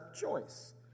choice